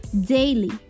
daily